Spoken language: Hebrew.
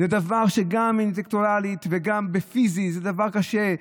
זה דבר שגם אינטלקטואלית וגם פיזית זה דבר קשה.